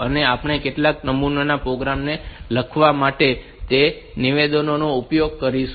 અને આપણે કેટલાક નમૂનાના પ્રોગ્રામ લખવા માટે તે નિવેદનો નો ઉપયોગ કરીશું